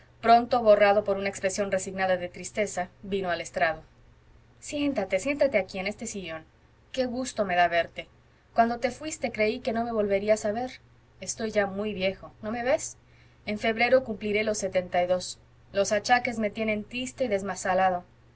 pronto borrado por una expresión resignada de tristeza vino al estrado siéntate siéntate aquí en este sillón qué gusto me da verte cuando te fuiste creí que no me volverías a ver estoy ya muy viejo no me ves en febrero cumpliré los setenta y dos los achaques me tienen triste y